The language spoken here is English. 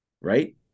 Right